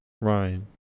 ryan